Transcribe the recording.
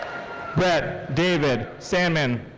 bret david sandman.